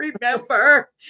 remember